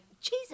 Jesus